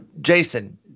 Jason